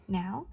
now